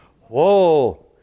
Whoa